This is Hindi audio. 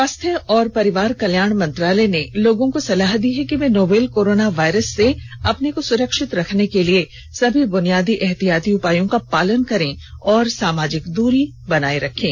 स्वास्थ्य और परिवार कल्याण मंत्रालय ने लोगों को सलाह दी है कि वे नोवल कोरोना वायरस से अपने को सुरक्षित रखने के लिए सभी बुनियादी एहतियाती उपायों का पालन करें और सामाजिक दूरी बनाए रखें